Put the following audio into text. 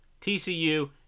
TCU